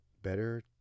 better